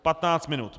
15 minut.